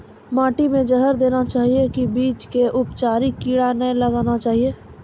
माटी मे जहर देना चाहिए की बीज के उपचारित कड़ी के लगाना चाहिए?